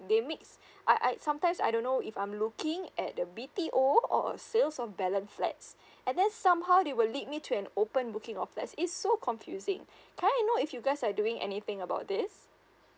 they mixed I I sometimes I don't know if I'm looking at the B_T_O or a sales of balance flats and then somehow they will lead me to an open booking of that it's so confusing can I know if you guys are doing anything about this